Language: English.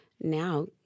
now